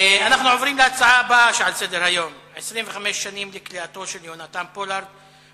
אנחנו עוברים לנושא הבא על סדר-היום: 25 שנים לכליאתו של יהונתן פולארד,